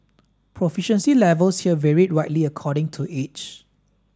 proficiency levels here varied widely according to age